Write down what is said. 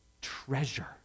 treasure